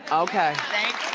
okay. thank